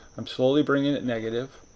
i'm slowly bringing it negative.